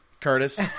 Curtis